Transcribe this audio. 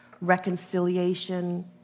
reconciliation